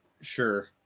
Sure